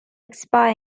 expire